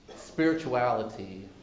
spirituality